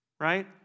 Right